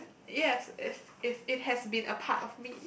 yes it's it it has been a part of me